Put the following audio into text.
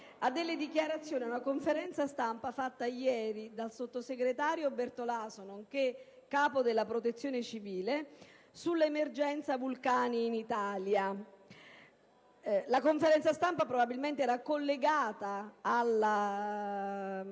grande rilievo a una conferenza stampa tenuta ieri dal sottosegretario Bertolaso, nonché capo della Protezione civile, sull'emergenza vulcani in Italia. La conferenza stampa probabilmente era collegata